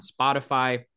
Spotify